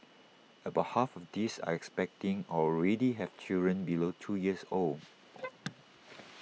about half of these are expecting or already have children below two years old